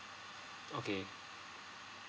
okay